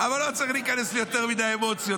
אבל לא צריך להיכנס ליותר מדי אמוציות,